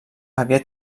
havia